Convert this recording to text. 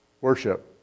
worship